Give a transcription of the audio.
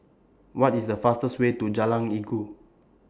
What IS The fastest Way to Jalan Inggu